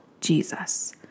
Jesus